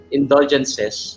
indulgences